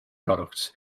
products